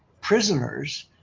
prisoners